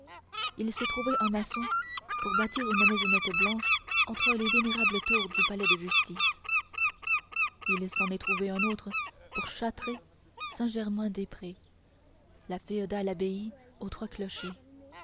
il s'est trouvé un maçon pour bâtir une maisonnette blanche entre les vénérables tours du palais de justice il s'en est trouvé un autre pour châtrer saint-germain-des-prés la féodale abbaye aux trois clochers